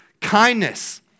kindness